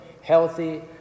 healthy